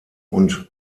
und